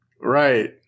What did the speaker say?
Right